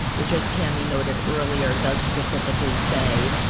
which is tammy noted earlier does specifically say